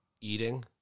Eating